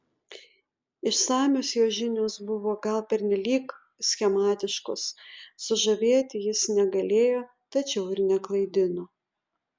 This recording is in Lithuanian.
išsamios jo žinios buvo gal pernelyg schematiškos sužavėti jis negalėjo tačiau ir neklaidino